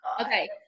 okay